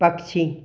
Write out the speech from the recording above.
पक्षी